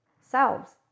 selves